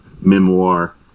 memoir